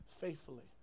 faithfully